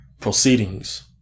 proceedings